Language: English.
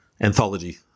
anthology